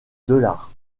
dollars